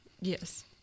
Yes